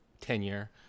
tenure